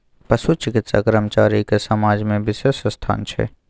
पशु चिकित्सा कर्मचारी के समाज में बिशेष स्थान छै